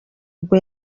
ubwo